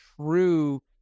true